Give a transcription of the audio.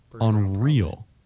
unreal